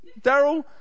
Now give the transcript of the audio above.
Daryl